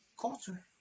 culture